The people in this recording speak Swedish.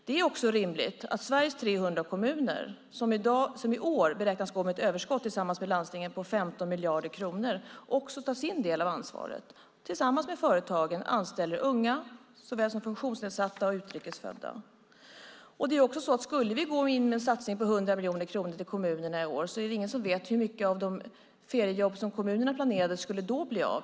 Det är också rimligt att Sveriges 300 kommuner, som tillsammans med landstinget i år beräknas gå med ett överskott på 15 miljarder kronor, också tar sin del av ansvaret och tillsammans med företagen anställer unga såväl som funktionsnedsatta och utrikes födda. Skulle vi gå in med en satsning på 100 miljoner kronor till kommunerna i år är det ingen som vet hur många av de feriejobb som kommunerna planerat som då skulle bli av.